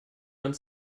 hand